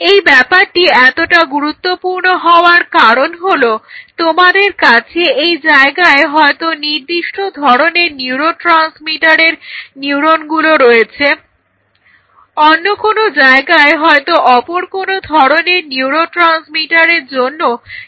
এই ব্যাপারটি এতটা গুরুত্বপূর্ণ হওয়ার কারণ হলো তোমাদের কাছে এই জায়গায় হয়তো নির্দিষ্ট ধরনের নিউরোট্রান্সমিটারের নিউরনগুলো রয়েছে অন্য কোনো জায়গায় হয়তো অপর কোনো ধরনের নিউরোট্রান্সমিটারের জন্য নিউরনের সেট রয়েছে